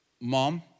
Mom